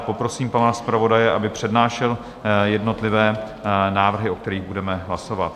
Poprosím pana zpravodaje, aby přednášel jednotlivé návrhy, o kterých budeme hlasovat.